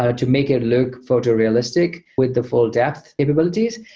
ah to make it look photorealistic with the full death capabilities.